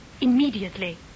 immediately